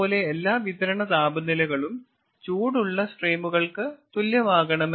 എല്ലാ വിതരണ താപനിലകളും ചൂടുള്ള സ്ട്രീമുകൾക്ക് തുല്യമാകണമെന്നില്ല